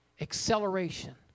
Acceleration